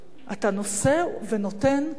אתה נושא ונותן קשוח?